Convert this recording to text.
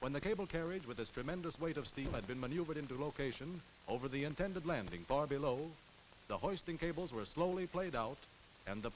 when the cable carried with this tremendous weight of steel had been maneuvered into location over the intended landing bar below the hoisting cables were slowly played out and the